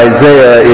Isaiah